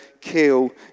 kill